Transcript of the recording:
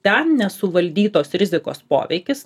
ten nesuvaldytos rizikos poveikis